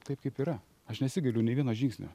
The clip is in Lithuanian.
taip kaip yra aš nesigailiu nei vieno žingsnio